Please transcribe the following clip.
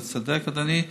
אתה צודק, אדוני.